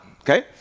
Okay